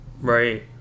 right